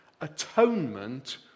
atonement